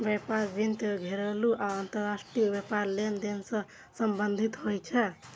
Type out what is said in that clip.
व्यापार वित्त घरेलू आ अंतरराष्ट्रीय व्यापार लेनदेन सं संबंधित होइ छै